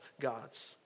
gods